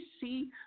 see